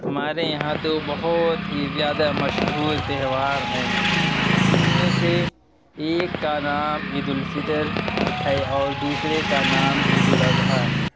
ہمارے یہاں دو بہت ہی زیادہ مشہور تیہوار ہیں جن میں سے ایک کا نام عید الفطر ہے اور دوسرے کا نام عید الاضحیٰ ہے